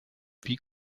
wie